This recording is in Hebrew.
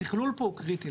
התכלול פה הוא קריטי.